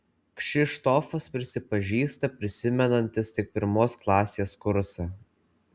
kšištofas prisipažįsta prisimenantis tik pirmos klasės kursą